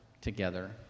together